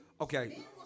Okay